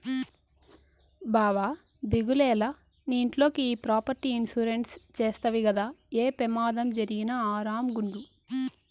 బావా దిగులేల, నీ ఇంట్లోకి ఈ ప్రాపర్టీ ఇన్సూరెన్స్ చేస్తవి గదా, ఏ పెమాదం జరిగినా ఆరామ్ గుండు